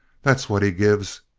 that's what he gives!